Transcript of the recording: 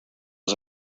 was